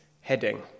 heading